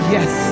Yes